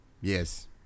Yes